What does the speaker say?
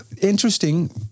interesting